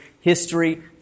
history